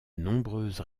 nombreuses